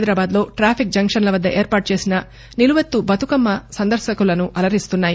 హైదరాబాద్లో టాఫిక్ జంక్షన్ల వద్ద ఏర్పాటు చేసిన నిలువెత్త బతుకమ్మలు సందర్భకులను అలరిస్తున్నాయి